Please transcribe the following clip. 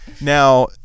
now